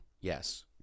Yes